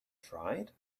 tried